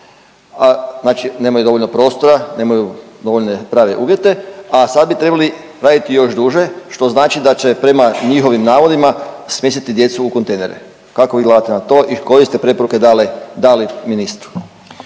znači nemaju dovoljno prostora, nemaju dovoljne prave uvjete, a sad bi trebali raditi još duže što znači da će prema njihovim navodima smjestiti djecu u kontejnere. Kako vi gledate na to koje ste preporuke dale, dali ministru?